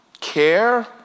care